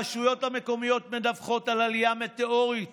הרשויות המקומיות מדווחות על עלייה מטאורית